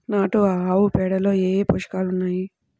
నాటు ఆవుపేడలో ఏ ఏ పోషకాలు ఉన్నాయి?